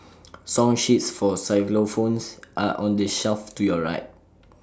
song sheets for xylophones are on the shelf to your right